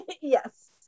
yes